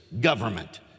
government